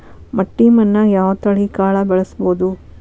ಮಟ್ಟಿ ಮಣ್ಣಾಗ್, ಯಾವ ತಳಿ ಕಾಳ ಬೆಳ್ಸಬೋದು?